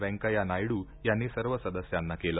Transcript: वेंकैया नायडू यांनी सर्व सदस्यांना केलं